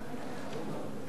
אדוני היושב-ראש,